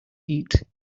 eat